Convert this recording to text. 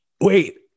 Wait